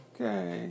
Okay